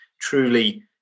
truly